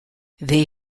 they